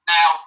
Now